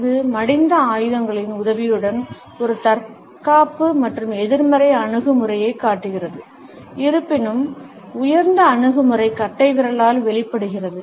இது மடிந்த கைகளின் உதவியுடன் ஒரு தற்காப்பு மற்றும் எதிர்மறை அணுகுமுறையைக் காட்டுகிறது இருப்பினும் உயர்ந்த அணுகுமுறை கட்டைவிரலால் வெளிப்படுகிறது